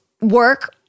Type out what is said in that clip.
work